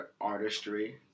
artistry